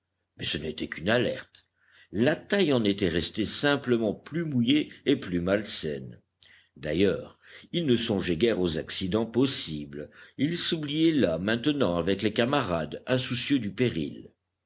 mais ce n'était qu'une alerte la taille en était restée simplement plus mouillée et plus malsaine d'ailleurs il ne songeait guère aux accidents possibles il s'oubliait là maintenant avec les camarades insoucieux du péril